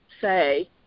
say